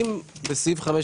אם בסעיף (5),